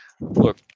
Look